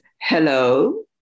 hello